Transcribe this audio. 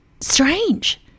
strange